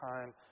time